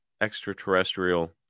extraterrestrial